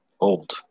Old